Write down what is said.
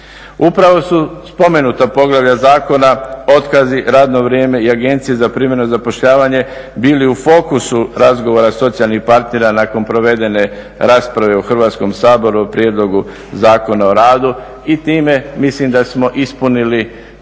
Upravo su spomenuta poglavlja zakona otkazi, radno vrijeme i agencije za privremeno zapošljavanje, bili u fokusu razgovora socijalnih partnera nakon provedene rasprave u Hrvatskom saboru o Prijedlogu zakona o radu i time mislim da smo ispunili cilj